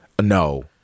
No